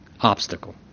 obstacle